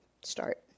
start